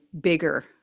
bigger